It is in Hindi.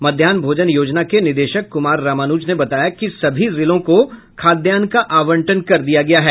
मध्याहन भोजन योजना के निदेशक कुमार रामानूज ने बताया कि सभी जिलों को खाद्यान्न का आवंटन कर दिया गया है